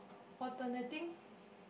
alternative